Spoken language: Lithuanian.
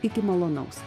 iki malonaus